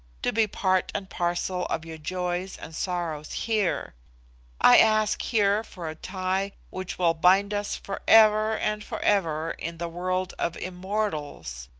to be part and parcel of your joys and sorrows here i ask here for a tie which will bind us for ever and for ever in the world of immortals.